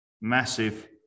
massive